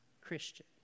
Christian